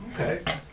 Okay